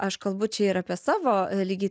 aš kalbu čia ir apie savo lygiai